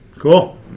Cool